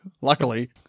luckily